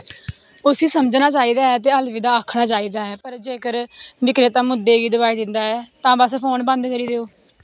उस्सी समझना चाहिदा ऐ ते अलविदा आखना चाहिदा ऐ पर जेकर विक्रेता मुद्दे गी दबाई दिंदा ऐ तां बस फोन बंद करी देओ